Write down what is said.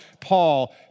Paul